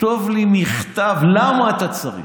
תכתוב לי מכתב למה אתה צריך.